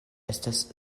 estas